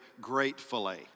gratefully